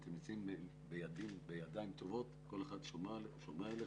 אתם נמצאים בידיים טובות וכל אחד שומר עליכם.